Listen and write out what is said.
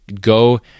go